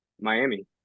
Miami